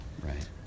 Right